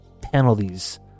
penalties